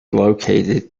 located